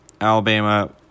Alabama